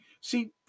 See